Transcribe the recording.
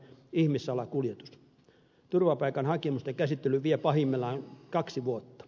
turvapaikan hakemusten käsittely vie pahimmillaan kaksi vuotta